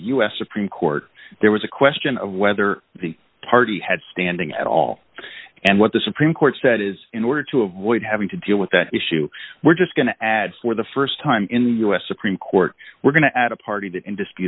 s supreme court there was a question of whether the party had standing at all and what the supreme court said is in order to avoid having to deal with that issue we're just going to add for the st time in the u s supreme court we're going to add a party that ind